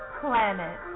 planet